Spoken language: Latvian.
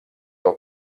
vēl